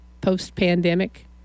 post-pandemic